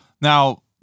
now